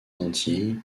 antilles